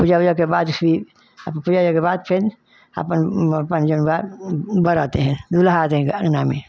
पूजा उजा के बाद फिर अब पूजा उजा के बाद फेन आपन अपन जौन बा बर आते हैं दुल्हा आते हैं ग अंगना में